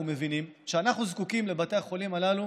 מבינים שאנחנו זקוקים לבתי החולים הללו